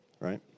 right